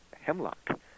hemlock